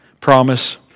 promise